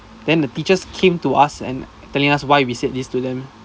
then the teachers came to us and telling us why we said this to them